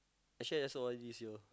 actually I just O_R_D this year